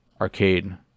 arcade